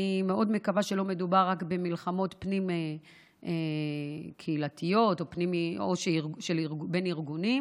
אני מאוד מקווה שלא מדובר רק במלחמות פנים-קהילתיות או בין ארגונים,